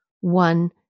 one